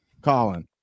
Colin